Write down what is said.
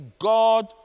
God